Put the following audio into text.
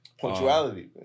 Punctuality